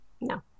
No